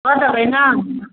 कऽ देबै ने